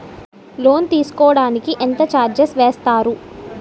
Loan తీసుకోడానికి ఎంత charges వేస్తారు?